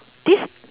this